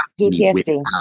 PTSD